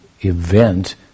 event